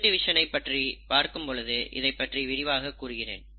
செல் division ஐ பற்றி பார்க்கும் பொழுது இதைப்பற்றி விரிவாக கூறுகிறேன்